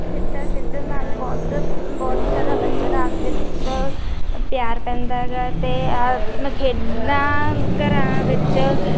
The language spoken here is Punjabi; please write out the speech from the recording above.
ਖੇਡਾਂ ਖੇਡਣ ਨਾਲ ਬਹੁਤ ਬਹੁਤ ਹੀ ਜ਼ਿਆਦਾ ਬੱਚਿਆਂ ਦਾ ਆਪਸ ਵਿੱਚ ਪਿਆਰ ਪੈਂਦਾ ਹੈਗਾ ਅਤੇ ਆਹ ਮਤਕੀ ਖੇਡਾਂ ਘਰਾਂ ਵਿੱਚ